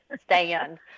stand